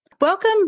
Welcome